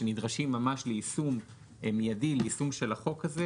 שנדרשים ממש ליישום מיידי של החוק הזה,